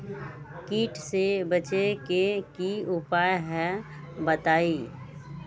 कीट से बचे के की उपाय हैं बताई?